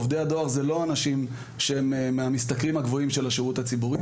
עובדי הדואר זה לא אנשים שהם מהמשתכרים הגבוהים של השירות הציבורי.